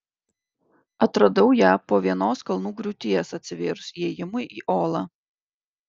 atradau ją po vienos kalnų griūties atsivėrus įėjimui į olą